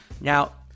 Now